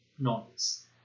noise